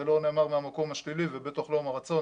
זה לא נאמר מהמקום השלילי ובטח לא מהרצון